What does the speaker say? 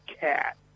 cat